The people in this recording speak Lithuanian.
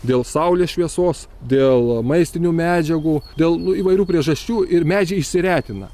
dėl saulės šviesos dėl maistinių medžiagų dėl įvairių priežasčių ir medžiai išsiretina